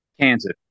Kansas